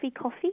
coffee